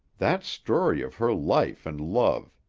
that story of her life and love,